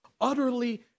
utterly